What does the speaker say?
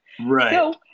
Right